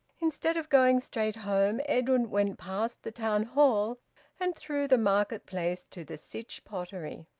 instead of going straight home edwin went past the town hall and through the market place to the sytch pottery.